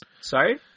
Sorry